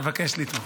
אבקש לתמוך.